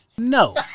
No